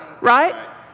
right